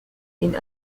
این